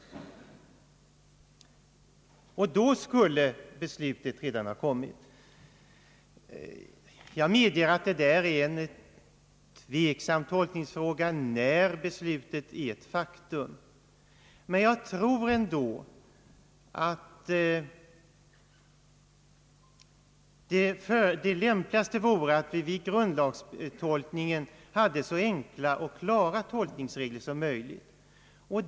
Då skulle beslutet alltså redan ha fattats. Jag medger att det är en tveksam tolkningsfråga när besiutet är ett faktum. Men jag tror ändå att det lämpligaste är att vi vid grundlagstolkningen har så enkla och klara tolkningsregler som möjligt.